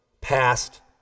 past